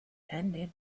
attended